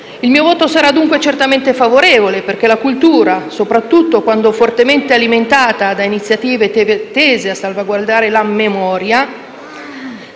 in esame sarà dunque certamente favorevole, perché la cultura, soprattutto quando fortemente alimentata da iniziative tese a salvaguardare la memoria